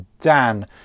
Dan